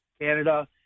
Canada